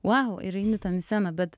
vau ir eini ten į sceną bet